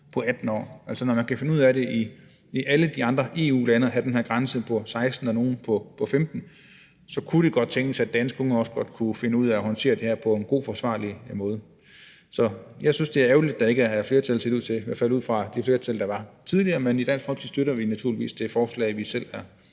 på 18 år, og når man kan finde ud af i alle de andre EU-lande at have den her grænse på 16 år, nogle på 15 år, kunne det godt tænkes, at danske unge også godt kunne finde ud af at håndtere det her på en god og forsvarlig måde. Jeg synes, det er ærgerligt, der ikke ser ud til at være flertal, i hvert fald i forhold til det flertal, der var tidligere. Men i Dansk Folkeparti støtter vi naturligvis det forslag, vi selv har